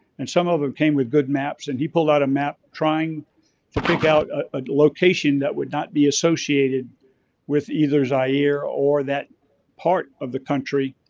and some of them came with good maps. and he pulled out a map trying to pick out a a location that would not be associated with either zaire or that part of the country,